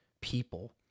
people